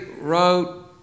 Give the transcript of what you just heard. wrote